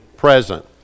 present